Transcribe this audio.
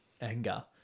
anger